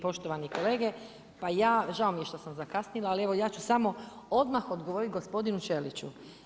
Poštovani kolege, pa žao mi je što sam zakasnila ali evo ja ću samo odmah odgovoriti gospodinu Ćeliću.